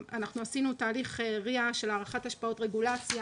עשינו תהליך RIA של הערכות השפעות רגולציה,